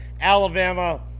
Alabama